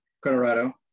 Colorado